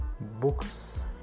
Books